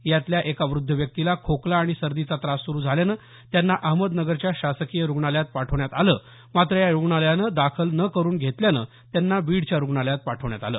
यातल्या एका व्रद्ध व्यक्तीला खोकला आणि सर्दीचा त्रास सुरू झाल्याने त्यांना अहमदनगरच्या शासकीय रुग्णालयात पाठवण्यात आले मात्र या रुग्णालयाने दाखल न करून घेतल्याने त्यांना बीडच्या रुग्णालयात पाठवण्यात आले